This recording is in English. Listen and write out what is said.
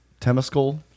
Temescal